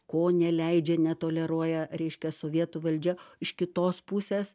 ko neleidžia netoleruoja reiškia sovietų valdžia iš kitos pusės